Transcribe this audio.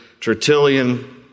Tertullian